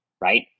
right